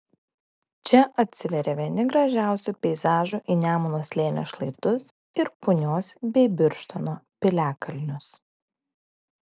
čia atsiveria vieni gražiausių peizažų į nemuno slėnio šlaitus ir punios bei birštono piliakalnius